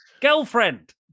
Girlfriend